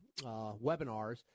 webinars